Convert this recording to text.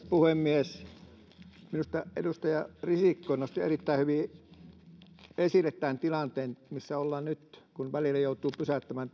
puhemies minusta edustaja risikko nosti erittäin hyvin esille tämän tilanteen missä ollaan nyt kun välillä joudutaan pysäyttämään